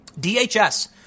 DHS